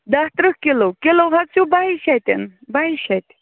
دَہ ترٕٛہ kilo kilo حظ چھُو بَہہِ شیتیٚن بَہہِ شیتہِ